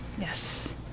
Yes